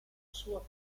sua